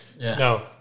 No